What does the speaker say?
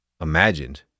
imagined